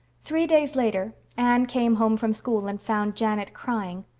three days later anne came home from school and found janet crying.